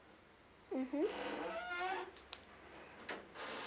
mmhmm